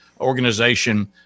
organization